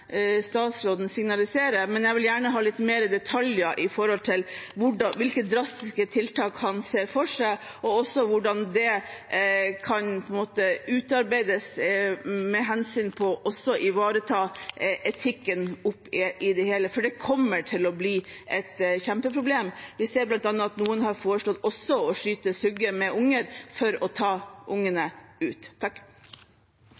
statsråden signaliserer. Men jeg vil gjerne ha litt mer detaljer med hensyn til hvilke drastiske tiltak han ser for seg, og også hvordan dette kan utarbeides for også å ivareta etikken oppe i det hele. For det kommer til å bli et kjempeproblem. Vi ser bl.a. at noen har foreslått også å skyte sugger med unger for å ta ungene